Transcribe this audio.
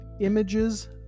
images